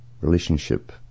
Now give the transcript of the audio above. relationship